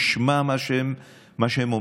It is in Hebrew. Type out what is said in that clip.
ישמע מה שהם אומרים,